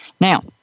Now